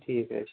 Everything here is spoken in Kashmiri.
ٹھیٖک حظ چھِ